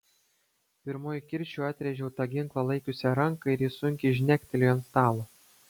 pirmuoju kirčiu atrėžiau tą ginklą laikiusią ranką ir ji sunkiai žnektelėjo ant stalo